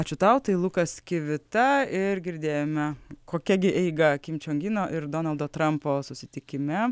ačiū tau tai lukas kivita ir girdėjome kokia gi eiga kim čion ino ir donaldo trampo susitikime